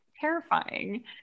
terrifying